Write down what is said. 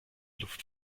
luft